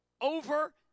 over